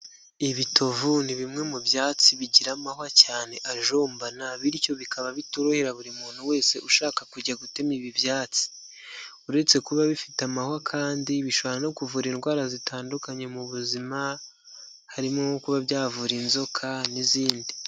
Ibitovu ni bimwe mu byatsi bigira amahwa cyane ajombana, bityo bikaba bitorohera buri muntu wese ushaka kujya gutema ibi byatsi. Uretse kuba bifite amahwa kandi bishobora no kuvura indwara zitandukanye mu buzima harimo kuba byavura inzoka n'izindi.